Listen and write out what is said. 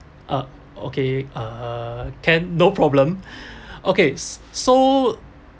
uh okay err can no problem okay so